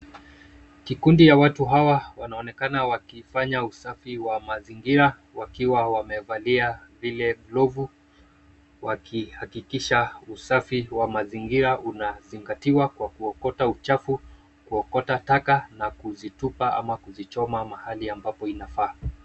Kikundi ya watu hawa wanaonekana wakifanya usafi wa mazingira wakiwa wamevalia zile glovu wakihakikisha usafi wa mazingira unazingatiwa kwa kuokota uchafu, kuokota taka na kuzitupa ama kuzichoma mahali ambapo inafaa.